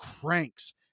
cranks